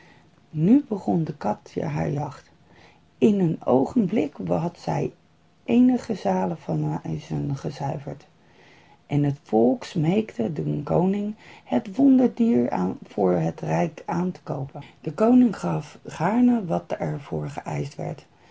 nu begon de kat haar jacht in een oogenblik had zij eenige zalen van muizen gezuiverd en het volk smeekte den koning het wonderdier voor het rijk aan te koopen de koning gaf gaarne wat er voor geëischt werd